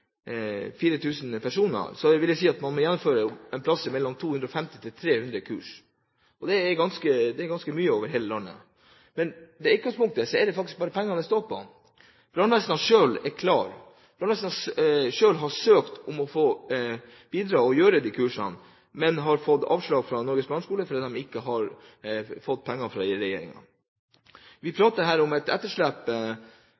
er ganske mye, over hele landet. Men i utgangspunktet er det faktisk bare penger det står på. Brannvesenet selv er klar. Brannvesenet selv har søkt om å få bidra og gjennomføre de kursene, men har fått avslag fra Norges brannskole fordi de ikke har fått penger fra regjeringen. Vi prater her om et etterslep. Når vi